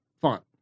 font